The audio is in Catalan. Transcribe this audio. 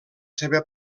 seva